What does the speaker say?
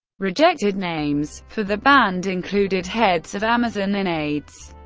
rejected names for the band included heads of amazon and aids.